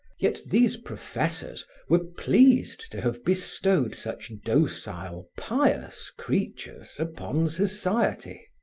yet these professors were pleased to have bestowed such docile, pious creatures upon society.